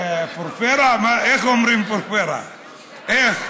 איך אומרים פורפרה, איך?